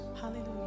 Hallelujah